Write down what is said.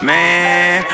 Man